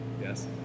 Yes